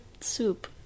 soup